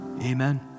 amen